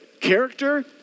character